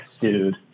dude